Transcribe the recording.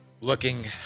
Looking